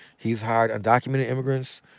he's hired undocumented immigrants.